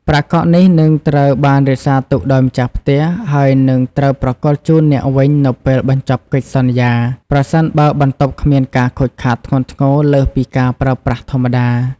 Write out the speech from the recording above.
ប្រាក់កក់នេះនឹងត្រូវបានរក្សាទុកដោយម្ចាស់ផ្ទះ ហើយនឹងត្រូវប្រគល់ជូនអ្នកវិញនៅពេលបញ្ចប់កិច្ចសន្យា ប្រសិនបើបន្ទប់គ្មានការខូចខាតធ្ងន់ធ្ងរលើសពីការប្រើប្រាស់ធម្មតា។